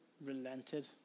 relented